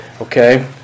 Okay